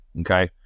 okay